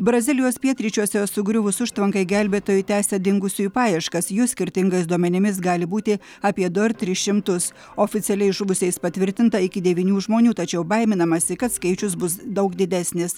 brazilijos pietryčiuose sugriuvus užtvankai gelbėtojai tęsia dingusiųjų paieškas jų skirtingais duomenimis gali būti apie du ar tris šimtus oficialiai žuvusiais patvirtinta iki devynių žmonių tačiau baiminamasi kad skaičius bus daug didesnis